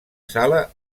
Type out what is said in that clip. sala